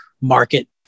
market